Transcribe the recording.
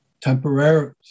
temporarily